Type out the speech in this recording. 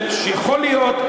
שיכול להיות,